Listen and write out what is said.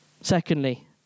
Secondly